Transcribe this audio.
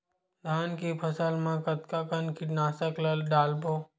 धान के फसल मा कतका कन कीटनाशक ला डलबो?